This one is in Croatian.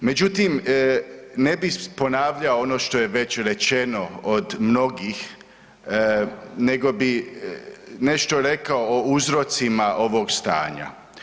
Međutim, ne bi ponavljao ono što je već rečeno od mnogih, nego bi nešto rekao o uzrocima ovog stanja.